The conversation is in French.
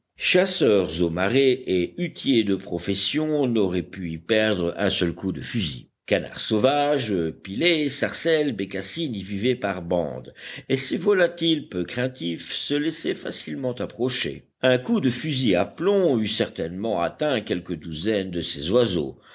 chasseurs au marais et huttiers de profession n'auraient pu y perdre un seul coup de fusil canards sauvages pilets sarcelles bécassines y vivaient par bandes et ces volatiles peu craintifs se laissaient facilement approcher un coup de fusil à plomb eût certainement atteint quelques douzaines de ces oiseaux